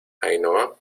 ainhoa